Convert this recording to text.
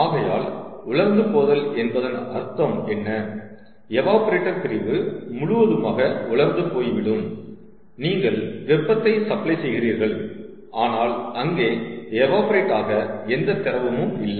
ஆகையால் உலர்ந்து போதல் என்பதன் அர்த்தம் என்ன எவாப்ரேட்டர் பிரிவு முழுவதுமாக உலர்ந்து போய்விடும் நீங்கள் வெப்பத்தை சப்ளை செய்கிறீர்கள் ஆனால் அங்கே எவாப்ரேட் ஆக எந்த திரவமும் இல்லை